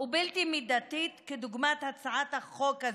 ובלתי מידתית, כדוגמת הצעת החוק הזו,